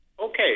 Okay